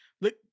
look